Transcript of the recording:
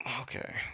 Okay